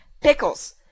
Pickles